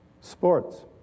Sports